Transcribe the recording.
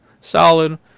solid